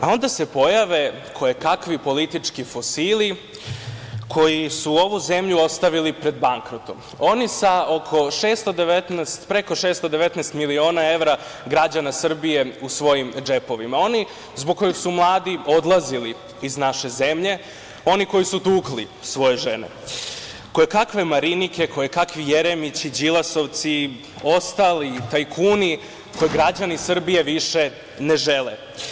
Onda se pojave kojekakvi politički fosili koji su ovu zemlju ostavili pred bankrotom, oni sa preko 619 miliona evra građana Srbije u svojim džepovima, oni zbog kojih su mladi odlazili iz naše zemlje, oni koji su tukli svoje žene, kojekakve Marinike, kojekakvi Jeremići, Đilasovci, ostali tajkuni koje građani Srbije više ne žele.